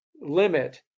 limit